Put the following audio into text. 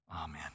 amen